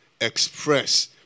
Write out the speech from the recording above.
express